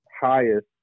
highest